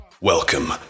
welcome